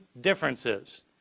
differences